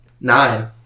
Nine